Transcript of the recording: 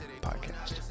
podcast